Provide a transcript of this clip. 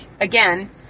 again